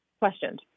questioned